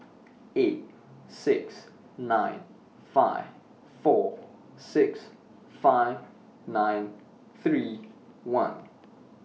eight six nine five four six five nine three one